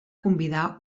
convidar